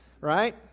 right